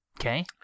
Okay